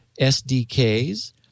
SDKs